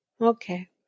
Okay